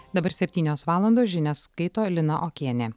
dabar septynios valandos žinias skaito lina okienė